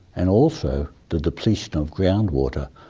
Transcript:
and also the depletion of groundwater,